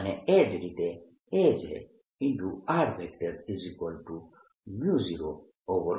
અને એ જ રીતે Azr04πJ zr|r r|dV હશે